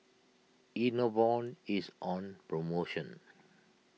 Enervon is on promotion